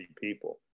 people